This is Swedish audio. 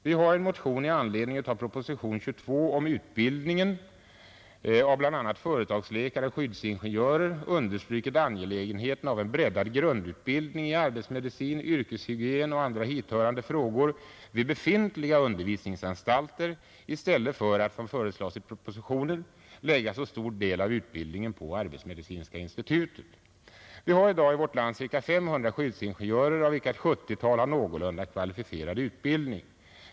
Vi har i en motion i anledning av propositionen 22 om utbildningen av bl.a. företagsläkare och skyddsingenjörer understrukit angelägenheten av en breddad grundutbildning i arbetsmedicin, yrkeshygien och andra hithörande frågor vid befintliga undervisningsanstalter i stället för att som föreslagits i propositionen förlägga så stor del av utbildningen vid arbetsmedicinska institutet. Det finns i dag i vårt land ca 500 skyddsingenjörer av vilka ett 70-tal har någorlunda kvalificerad utbildning.